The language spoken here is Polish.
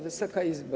Wysoka Izbo!